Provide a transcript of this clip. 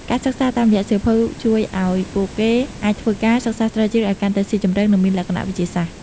ការសិក្សាតាមរយៈសៀវភៅជួយឲ្យពួកគេអាចធ្វើការ សិក្សាស្រាវជ្រាវឲ្យកាន់តែស៊ីជម្រៅ និងមានលក្ខណៈវិទ្យាសាស្ត្រ។